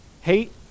Hate